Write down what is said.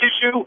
issue